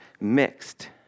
mixed